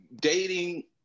dating